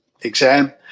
exam